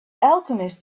alchemist